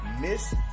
Miss